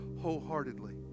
wholeheartedly